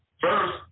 first